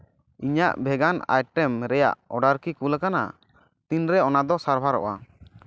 ᱚᱧᱟᱹᱜ ᱵᱷᱮᱜᱟᱱ ᱟᱭᱴᱮᱢ ᱨᱮᱭᱟᱜ ᱚᱰᱟᱨ ᱠᱤ ᱠᱩᱞ ᱟᱠᱟᱱᱟ ᱛᱤᱱ ᱨᱮ ᱚᱱᱟ ᱫᱚ ᱥᱟᱨᱵᱦᱟᱨᱚᱜᱼᱟ